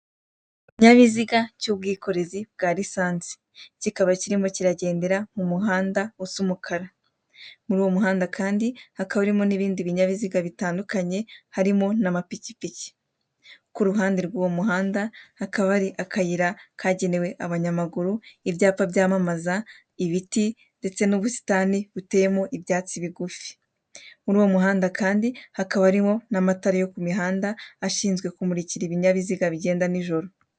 Ikinyabiziga cy'ubwikorezi bwa lisanse, kikaba kirimo kiragendera mu muhanda usa umukara, muri uwo muhanda kandi hakaba harimo n'ibindi binyabiziga bitandukanye, harimo n'amapikipiki, ku ruhande rw'uwo muhanda hakaba hari akayira kagenewe abanyamaguru, ibyapa byamamaza, ibiti ndetse n'ubusitani buteyemo ibyatsi bigufi, muri uwo muhanda hakaba hariho n'amatara yo ku mihanda ashinzwe kumurikira ibinyabiziga bigenda nijoro.